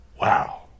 Wow